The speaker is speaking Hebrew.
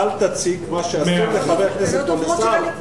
אל תציג את מה שאסור לחבר כנסת או לשר.